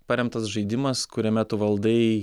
paremtas žaidimas kuriame tu valdai